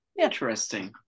Interesting